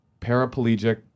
paraplegic